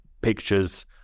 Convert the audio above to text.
pictures